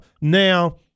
Now